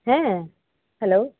ᱦᱮᱸᱻ ᱦᱮᱞᱳ